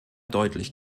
deutlich